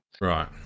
Right